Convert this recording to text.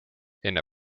enne